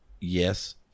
Yes